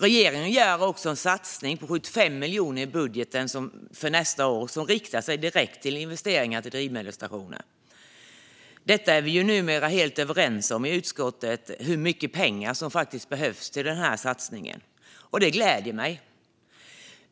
Regeringen gör också en satsning på 75 miljoner i budgeten för nästa år som riktar sig direkt till investeringar i drivmedelsstationer. Hur mycket pengar som behövs till den satsningen är vi numera helt överens om i utskottet, och det gläder mig.